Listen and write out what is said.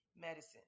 medicine